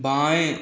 बाएं